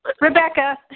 Rebecca